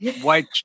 white –